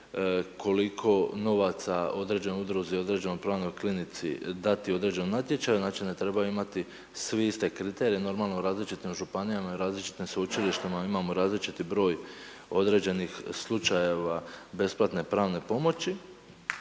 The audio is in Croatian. koliko novaca određenoj udruzi, određenoj pravnoj klinici dati u određenom natječaju, znači ne trebaju imati svi iste kriterije, normalno u različitim županijama i u različitim sveučilištima imamo različiti broj određenih slučajeva besplatne pravne pomoći.